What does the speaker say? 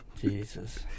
Jesus